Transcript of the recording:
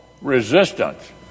resistance